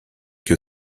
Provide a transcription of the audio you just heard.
que